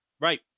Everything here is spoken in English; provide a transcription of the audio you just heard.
right